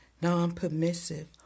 non-permissive